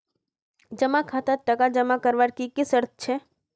जमा खातात टका जमा करवार की की शर्त छे?